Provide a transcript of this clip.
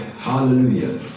Hallelujah